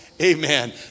Amen